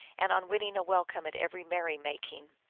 and on winning a welcome at every merry-making.